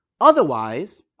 Otherwise